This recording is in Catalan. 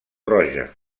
roja